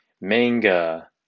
manga